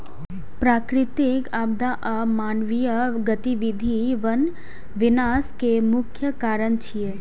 प्राकृतिक आपदा आ मानवीय गतिविधि वन विनाश के मुख्य कारण छियै